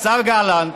השר גלנט,